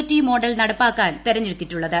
T model നടപ്പാക്കാൻ തെരഞ്ഞെടുത്തിട്ടുള്ളത്